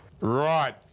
Right